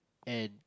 and